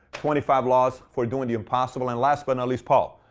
twenty five laws for doing the impossible. and last but not least, paul,